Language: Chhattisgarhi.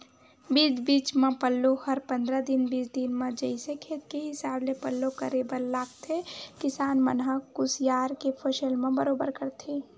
बीच बीच म पल्लो हर पंद्रह दिन बीस दिन म जइसे खेत के हिसाब ले पल्लो करे बर लगथे किसान मन ह कुसियार के फसल म बरोबर करथे